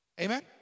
Amen